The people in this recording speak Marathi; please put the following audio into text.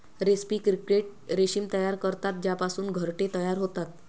रेस्पी क्रिकेट रेशीम तयार करतात ज्यापासून घरटे तयार होतात